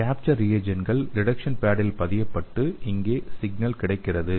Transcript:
capture ரியேஜண்ட்கள் detection பேடில் பதியப்பட்டு இங்கே சிக்னல் கிடைக்கிறது